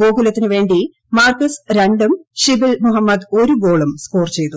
ഗോകുലത്തിന് വേണ്ടി മാർക്കസ് രണ്ടും ഷിബിൽ മുഹമ്മദ് ഒരു ഗോളും സ്കോർ ചെയ്തു